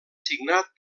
signat